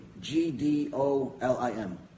G-D-O-L-I-M